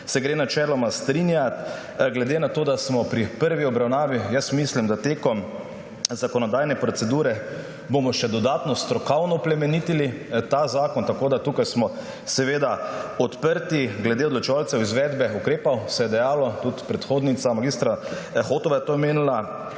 se lahko strinjamo. Glede na to, da smo pri prvi obravnavi, mislim, da bomo tekom zakonodajne procedure še dodatno strokovno plemenitili ta zakon. Tukaj smo seveda odprti. Glede odločevalcev izvedbe ukrepov se je govorilo, tudi predhodnica mag. Hotova je to omenila